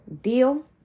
deal